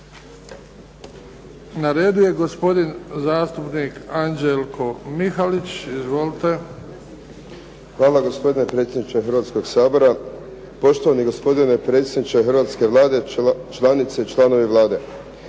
Na redu je gospodin zastupnik Anđelko Mihalić. Izvolite. **Mihalić, Anđelko (HDZ)** Hvala gospodine predsjedniče Hrvatskog sabora, poštovani gospodine predsjedniče hrvatske Vlade, članice i članovi Vlade.